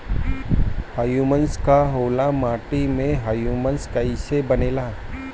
Humus का होला माटी मे ह्यूमस कइसे बनेला?